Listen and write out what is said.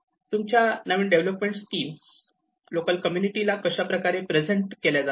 तुमच्या नवीन development scheme local community ना कशाप्रकारे प्रेसेंट केल्या जातात